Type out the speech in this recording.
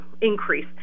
increase